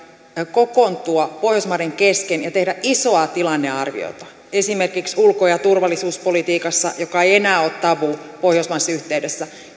kokoontua pohjoismaiden kesken ja tehdä isoa tilannearviota esimerkiksi ulko ja turvallisuuspolitiikassa joka ei enää ole tabu pohjoismaisessa yhteydessä